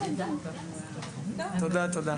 תודה, תודה.